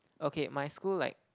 okay my school like